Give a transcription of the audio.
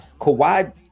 Kawhi